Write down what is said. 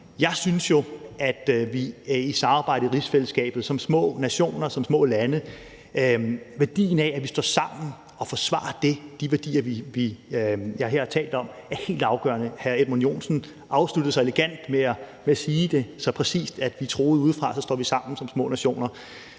en værdi i, at vi i samarbejdet i rigsfællesskabet som små nationer, som små lande, står sammen og forsvarer de værdier, jeg her har talt om. Det er helt afgørende. Hr. Edmund Joensen afsluttede så elegant med at sige det så præcist, at bliver vi truet udefra, står vi sammen som små nationer